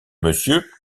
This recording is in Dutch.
monsieur